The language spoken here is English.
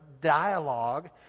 dialogue